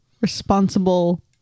responsible